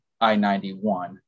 I-91